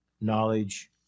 knowledge